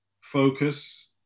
focus